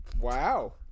Wow